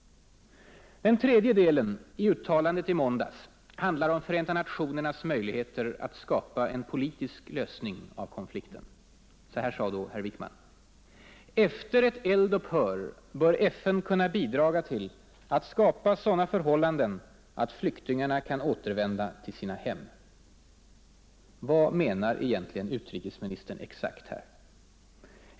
Den tredje delen i uttalandet i måndags handlar om Förenta nationernas möjligheter att skapa en politisk lösning av konflikten. ”Efter ett eld-upphör bör FN kunna bidra till att skapa sådana förhållanden att flyktingarna kan återvända till sina hem.” Vad menar egentligen utrikesministern exakt här?